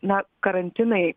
na karantinai